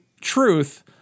truth